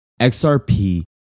XRP